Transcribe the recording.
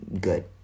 good